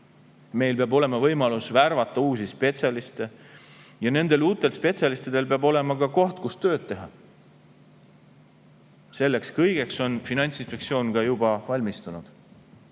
Meil peab olema võimalus värvata uusi spetsialiste ja nendel uutel spetsialistidel peab olema koht, kus tööd teha. Selleks kõigeks on Finantsinspektsioon juba valmistunud.